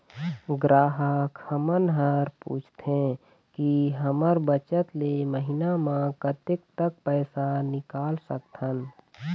ग्राहक हमन हर पूछथें की हमर बचत ले महीना मा कतेक तक पैसा निकाल सकथन?